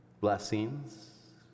blessings